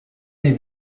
des